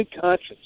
conscience